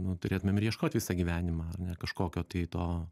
nu turėtumėm ir ieškoti visą gyvenimą ar ne kažkokio tai to